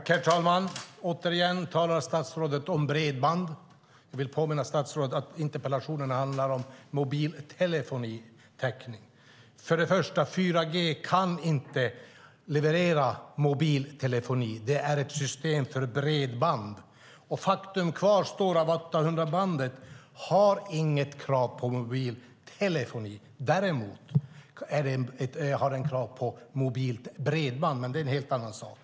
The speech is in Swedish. Herr talman! Återigen talar statsrådet om bredband. Jag vill påminna statsrådet om att interpellationen handlar om mobiltelefonitäckning. 4G kan inte leverera mobiltelefoni. Det är ett system för bredband. Faktum kvarstår att 800-bandet inte har något krav på mobiltelefoni. Däremot har det krav på mobilt bredband, men det är en helt annan sak.